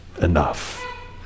enough